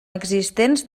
existents